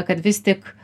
kad vis tik